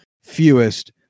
fewest